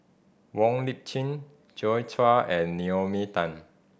Wong Lip Chin Joi Chua and Naomi Tan